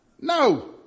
No